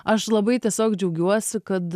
aš labai tiesiog džiaugiuosi kad